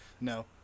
No